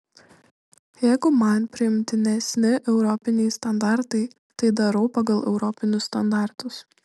jeigu man priimtinesni europiniai standartai tai darau pagal europinius standartus